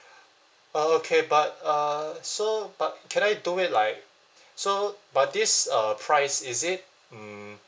okay but uh so but can I do it like so but this uh price is it mm